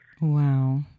Wow